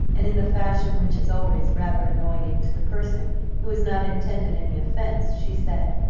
and in the fashion which is always rather annoying to the person who has not intended any offence, she said,